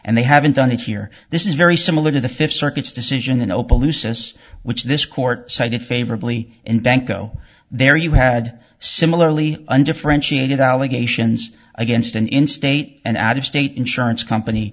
and they haven't done it here this is very similar to the fifth circuit's decision in opelousas which this court cited favorably in banco there you had similarly undifferentiated allegations against an in state and out of state insurance company